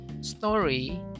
story